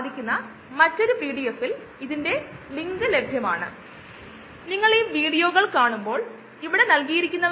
എന്താണ് ഇപ്പോൾ മാറിയിരിക്കുന്നത് ചില വ്യവസായ പ്രയോഗങ്ങളിൽ കൂടാതെ ചില ലാബ് പ്രയോഗങ്ങളിലും കൂടുതൽ വ്യവസായ പ്രയോഗങ്ങളിൽ കൂടുതൽ ഉപകാരം ഒറ്റ ഉപയോഗത്തിനു പറ്റിയ ബയോറിയാക്ടറുകൾ ആണ്